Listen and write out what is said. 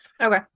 Okay